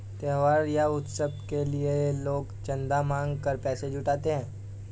त्योहार या उत्सव के लिए भी लोग चंदा मांग कर पैसा जुटाते हैं